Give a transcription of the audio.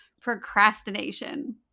procrastination